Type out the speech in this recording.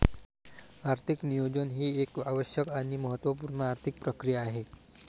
आर्थिक नियोजन ही एक आवश्यक आणि महत्त्व पूर्ण आर्थिक प्रक्रिया आहे